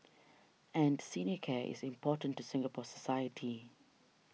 and senior care is important to Singapore society